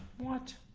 what